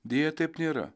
deja taip nėra